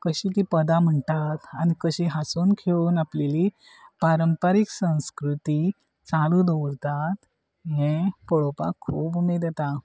कशी ती पदां म्हणटात आनी कशी हांसून खेळून आपलेली पारंपारीक संस्कृती चालू दवरतात हे पळोवपाक खूब उमेद येता